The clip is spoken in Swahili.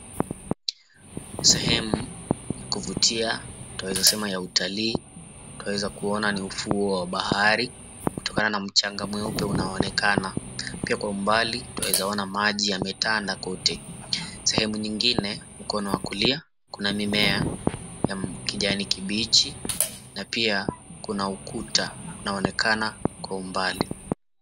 Sehemu ya kuvutia twaweza sema ya utalii twaweza kuona ni ufuo wa bahari kutokana na mchanga mweupe unaooeneka. Pia kwa umbali twaweza ona maji yametanda kote. Sehemu nyingine, mkono wa kulia kuna mimea ya kijani kibichi na pia kuna ukuta unaonekana kwa umbali.